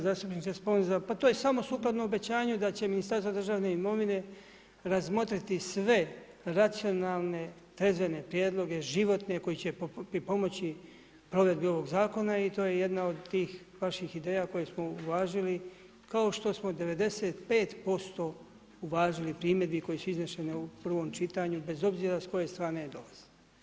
Zastupniče Sponza, pa to je samo sukladno obećanju Ministarstvo državne imovine razmotriti sve racionalne, trezvene prijedloge, životne, koji će pripomoći provedbi ovog zakona i to je jedna od tih vaših ideja koje smo uvažili kao što smo 95% uvažili primjedbi koje su iznesene u prvom čitanju bez obzora s koje strane dolazile.